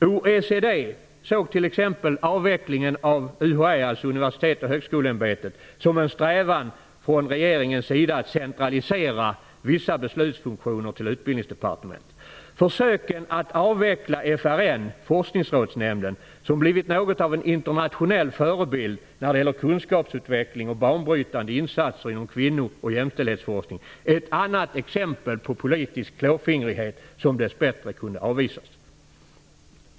OECD såg t.ex. avvecklingen av UHÄ, dvs. Universitets och högskoleämbetet, som en strävan från regeringens sida att centralisera vissa beslutsfunktioner till Utbildningsdepartementet. Försöken att avveckla FRN - Forskningsrådsnämnden - som blivit något av en internationell förebild när det gäller kunskapsutveckling och banbrytande insatser inom kvinno och jämställdhetsforskning är ett annat exempel på politisk klåfingrighet som dess bättre kunde avvisas.